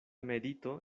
medito